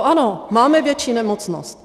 Ano, máme větší nemocnost.